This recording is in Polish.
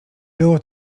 było